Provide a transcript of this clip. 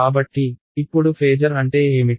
కాబట్టి ఇప్పుడు ఫేజర్ అంటే ఏమిటి